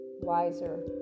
wiser